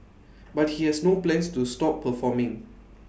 but he has no plans to stop performing